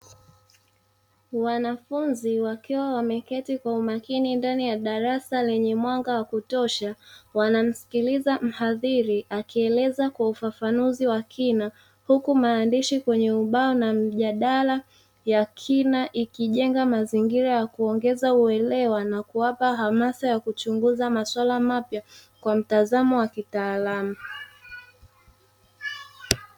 Wanafunzi wakiwa wameketi kwa umakini ndani ya darasa lenye mwanga wa kutosha wanamsikiliza mhadhiri akieleza kwa ufafanuzi wa kina, huku maandishi kwenye ubao na mjadala ya kina ikijenga mazingira ya kuongeza uelewa na kuwapa hamasa ya kuchunguza masuala mapya kwa mtazamo wa kitaalamu.